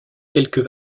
quelques